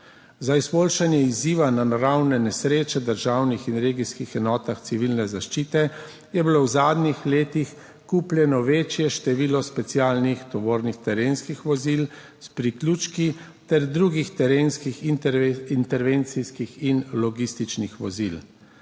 Za izboljšanje odziva na naravne nesreče v državnih in regijskih enotah civilne zaščite je bilo v zadnjih letih kupljeno večje število specialnih tovornih terenskih vozil s priključki ter drugih terenskih, intervencijskih in logističnih vozil.